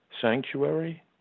sanctuary